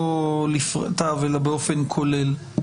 לא לפרטיו אלא באופן כולל.